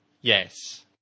Yes